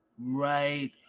right